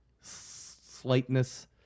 slightness